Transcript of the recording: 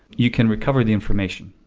you can recover the information.